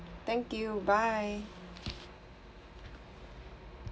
thank you bye